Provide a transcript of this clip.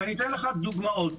ואתן לך דוגמאות: